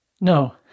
no